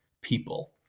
people